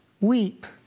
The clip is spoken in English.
Weep